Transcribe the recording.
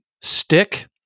stick